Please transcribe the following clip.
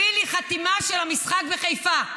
תביא לי חתימה של המשחק בחיפה.